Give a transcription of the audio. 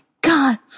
god